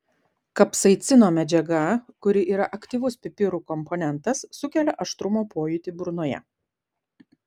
kapsaicino medžiaga kuri yra aktyvus pipirų komponentas sukelia aštrumo pojūtį burnoje